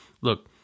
look